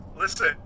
Listen